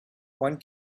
one